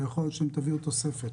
ויכול להיות שתביאו תוספת,